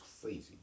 crazy